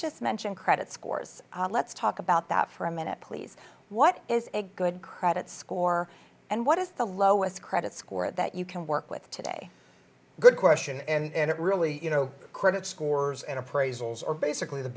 just mentioned credit scores let's talk about that for a minute please what is a good credit score and what is the lowest credit score that you can work with today good question and it really you know credit scores and appraisals are basically the